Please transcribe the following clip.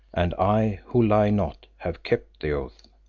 and i, who lie not, have kept the oath.